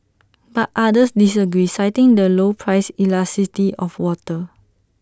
but others disagree citing the low price elasticity of water